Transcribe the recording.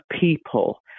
people